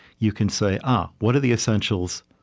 you can say, ah, what are the essentials?